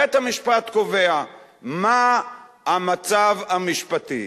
בית-המשפט קובע מה המצב המשפטי.